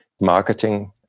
marketing